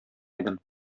идем